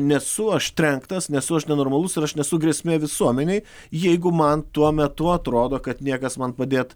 nesu aš trenktas nesu aš nenormalus ir aš nesu grėsmė visuomenei jeigu man tuo metu atrodo kad niekas man padėt